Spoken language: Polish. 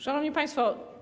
Szanowni Państwo!